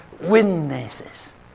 witnesses